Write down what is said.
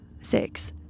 Six